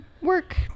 work